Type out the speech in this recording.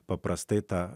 paprastai ta